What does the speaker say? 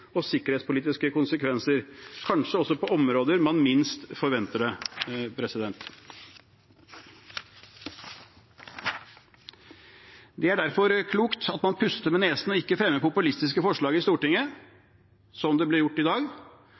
og sikkerhetspolitiske konsekvenser, kanskje også på områder man minst forventer det. Det er derfor klokt at man puster med nesen og ikke fremmer populistiske forslag i Stortinget, som det blir gjort i dag,